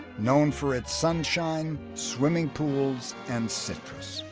known for its sunshine, swimming pools and citrus.